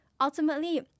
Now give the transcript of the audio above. ultimately